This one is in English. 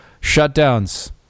shutdowns